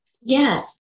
Yes